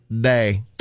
day